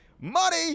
Money